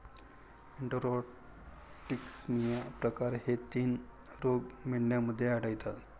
enterotoxaemia प्रकार हे तीन रोग मेंढ्यांमध्ये आढळतात